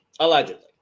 Allegedly